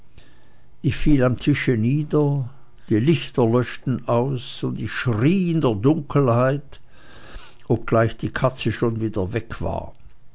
ich fiel am tische nieder die lichter löschten aus und ich schrie in der dunkelheit obgleich die katze schon wieder weg war